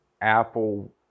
Apple